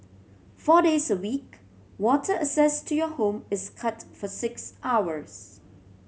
four days a week water access to your home is cut for six hours